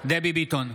דבי ביטון,